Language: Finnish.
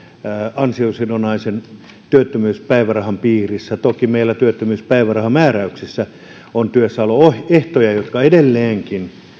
ansiosidonnaisen työttömyyspäivärahan piirissä toki meillä työttömyyspäivärahamääräyksissä on työssäoloehtoja jotka edelleenkin